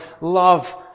love